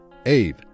Ave